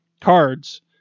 Cards